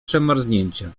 przemarznięcia